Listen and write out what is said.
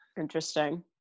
Interesting